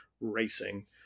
racing